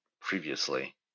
previously